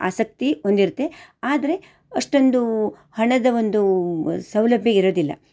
ಆಸಕ್ತಿ ಹೊಂದಿರುತ್ತೆ ಆದರೆ ಅಷ್ಟೊಂದು ಹಣದ ಒಂದು ಸೌಲಭ್ಯ ಇರೋದಿಲ್ಲ